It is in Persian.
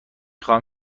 خواهم